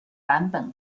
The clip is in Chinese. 版本